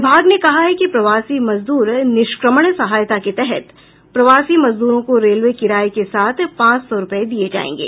विभाग ने कहा है कि प्रवासी मजदूर निष्क्रमण सहायता के तहत प्रवासी मजदूरों को रेलवे किराये के साथ पांच सौ रूपये दिये जायेंगे